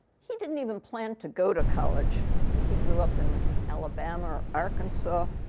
he didn't even plan to go to college. i think he grew up in alabama or arkansas,